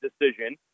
decision